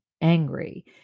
angry